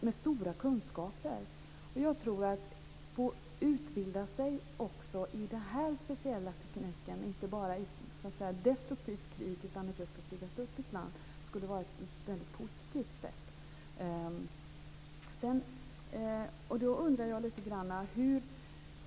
Det skulle vara väldigt positivt att få utbilda sig också i den här speciella tekniken. Det handlar alltså inte bara om ett destruktivt krig utan också om att bygga upp ett land.